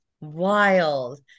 Wild